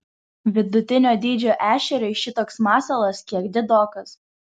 vidutinio dydžio ešeriui šitoks masalas kiek didokas